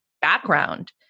background